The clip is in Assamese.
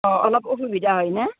অ অলপ অসুবিধা হয় না